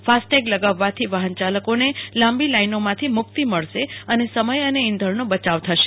FASTag લગાવવાથી વાહન ચાલકોને લાંબો લાઈનોમાંથી મૂકિત મળશ અને સમય અને ઈંધણનો બચાવ પણ થશે